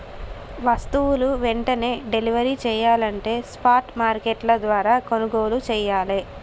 వస్తువులు వెంటనే డెలివరీ చెయ్యాలంటే స్పాట్ మార్కెట్ల ద్వారా కొనుగోలు చెయ్యాలే